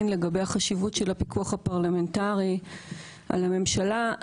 לגבי החשיבות של הפיקוח הפרלמנטרי על הממשלה.